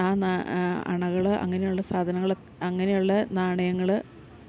ആ അണകൾ അങ്ങനെ ഉള്ള സാധനങ്ങൾ അങ്ങനെയുള്ള നാണയങ്ങൾ